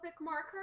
marker